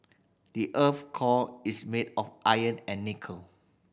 the earth's core is made of iron and nickel